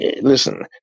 Listen